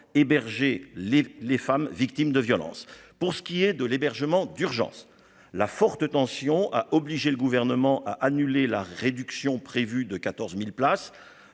hébergées les les femmes victimes de violences, pour ce qui est de l'hébergement d'urgence, la forte tension a obligé le gouvernement à annuler la réduction prévue de 14000 places